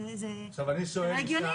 זה לא הגיוני.